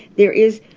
there is.